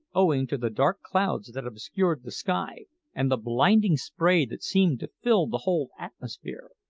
owing to the dark clouds that obscured the sky and the blinding spray that seemed to fill the whole atmosphere.